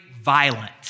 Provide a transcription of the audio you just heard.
violent